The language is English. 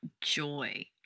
joy